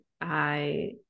I-